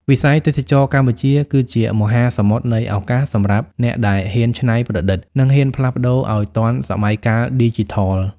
វិស័យទេសចរណ៍កម្ពុជាគឺជាមហាសមុទ្រនៃឱកាសសម្រាប់អ្នកដែលហ៊ានច្នៃប្រឌិត និងហ៊ានផ្លាស់ប្តូរឱ្យទាន់សម័យកាលឌីជីថល។